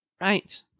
Right